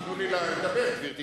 שייתנו לי לדבר, גברתי.